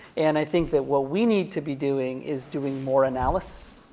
and i think that what we need to be doing is doing more analysis,